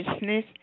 business